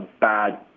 bad